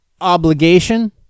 obligation